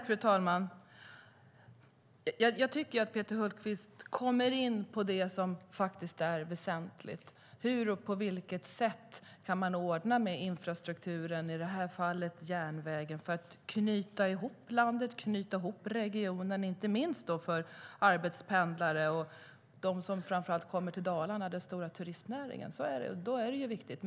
Fru talman! Jag tycker att Peter Hultqvist kommer in på det som är väsentligt, nämligen hur och på vilket sätt infrastrukturen, i det här fallet järnvägen, kan ordnas för att knyta ihop landet och regionerna, inte minst för arbetspendlare och för dem som framför allt kommer till Dalarna: turisterna. Turistnäringen är stor, och då är det viktigt.